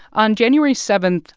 on january seven,